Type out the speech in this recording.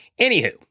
Anywho